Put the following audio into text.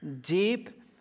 deep